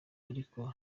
ariko